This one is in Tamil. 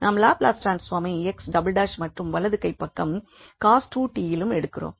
நாம் லாப்லஸ் ட்ரான்ஸ்ஃபார்மை 𝑥′′ மற்றும் வலது கை பக்கம் cos 2𝑡 யிலும் எடுக்கின்றோம்